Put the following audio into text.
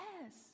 yes